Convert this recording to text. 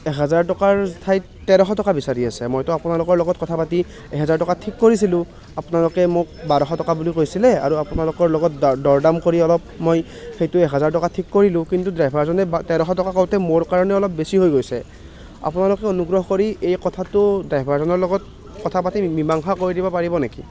এহাজাৰ টকাৰ ঠাইত তেৰশ টকা বিচাৰি আছে মইতো আপোনালোকৰ লগত কথা পাতি এহাজাৰ টকাত ঠিক কৰিছিলো আপোনালোকে মোক বাৰশ টকা বুলি কৈছিলে আৰু আপোনালোকৰ লগত দা দৰ দাম কৰি অলপ মই সেইটো এক হাজাৰ টকাত ঠিক কৰিলো কিন্তু ড্ৰাইভাৰজনে বা তেৰশ টকা বুলি কওঁতে মোৰ কাৰণে অলপ বেছি হৈ গৈছে আপোনালোকে অনুগ্ৰহ কৰি এই কথাটো ড্ৰাইভাৰজনৰ লগত কথা পাতি মীমাংসা কৰি দিব পাৰিব নেকি